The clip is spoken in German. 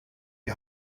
die